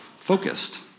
focused